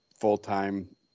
full-time